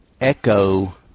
Echo